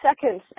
seconds